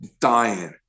dying